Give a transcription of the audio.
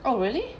oh really